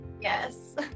Yes